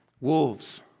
Wolves